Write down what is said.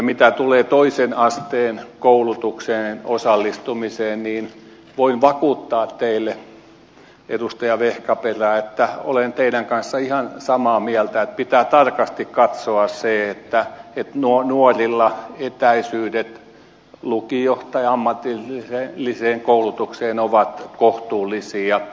mitä tulee toisen asteen koulutukseen osallistumiseen niin voin vakuuttaa teille edustaja vehkaperä että olen teidän kanssanne ihan samaa mieltä että pitää tarkasti katsoa se että nuorilla etäisyydet lukio tai ammatilliseen koulutukseen ovat kohtuullisia